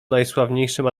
najsławniejszym